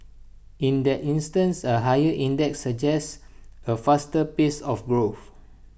in that instance A higher index suggests A faster pace of growth